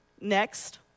Next